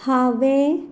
हांवें